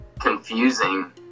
confusing